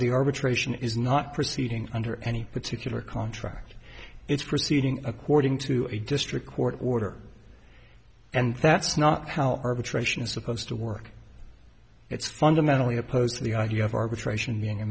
arbitration is not proceeding under any particular contract it's proceeding according to a district court order and that's not how arbitration is supposed to work it's fundamentally opposed to the idea of arbitration being a